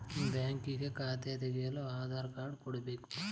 banking ಖಾತೆ ತೆಗೆಯಲು Aadhaar card ಕೊಡಬೇಕು